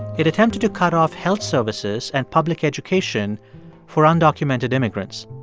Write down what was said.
it attempted to cut off health services and public education for undocumented immigrants.